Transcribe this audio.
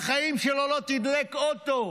בחיים שלו לא תדלק אוטו: